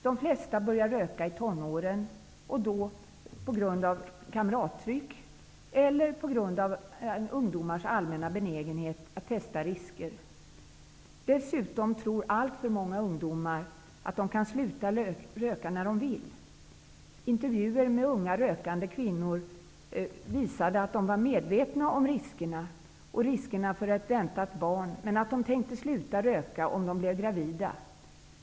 De flesta börjar röka i tonåren på grund av kamrattryck eller på grund av ungdomars allmänna benägenhet att testa risker. Dessutom tror alltför många ungdomar att de kan sluta röka när de vill. Intervjuer med unga rökande kvinnor visar att de är medvetna om riskerna och riskerna för ett väntat barn. Men de tänker sluta röka om de blir gravida.